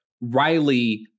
Riley